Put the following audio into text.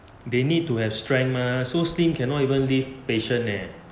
they need to have strength mah so slim cannot even lift patient leh